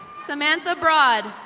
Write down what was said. samantha broad.